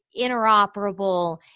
interoperable